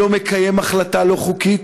לא מקיים החלטה לא חוקית,